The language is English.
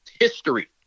History